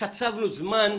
קצבנו זמן.